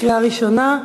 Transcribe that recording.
קריאה ראשונה.